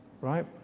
right